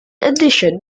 addition